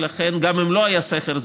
ולכן גם אם לא היה סכר,